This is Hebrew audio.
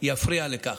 לא יפריע לכך.